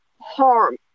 harm